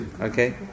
Okay